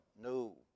No